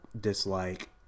dislike